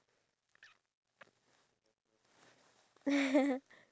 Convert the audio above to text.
how did you feel did you like it playing luge with me